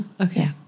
Okay